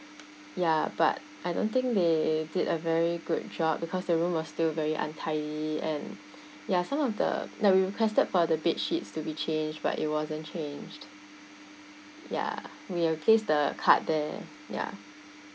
ya but I don't think they did a very good job because the room was still very untidy and ya some of the that we requested for the bedsheets to be changed but it wasn't changed ya we replace the card there ya